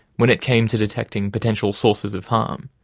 when it came to detecting potential sources of harm.